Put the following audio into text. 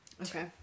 Okay